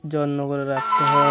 যত্ন করে রাখতে হয়